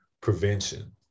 prevention